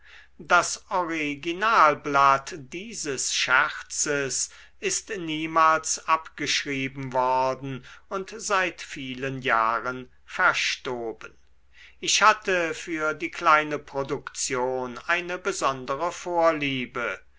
das originalblatt dieses scherzes ist niemals abgeschrieben worden und seit vielen jahren verstoben ich hatte für die kleine produktion eine besondere vorliebe